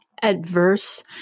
adverse